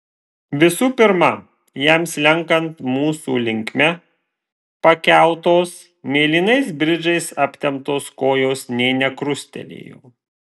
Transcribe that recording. visų pirma jam slenkant mūsų linkme pakeltos mėlynais bridžais aptemptos kojos ne nekrustelėjo